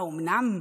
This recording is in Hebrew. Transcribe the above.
האומנם?